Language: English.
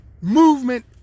movement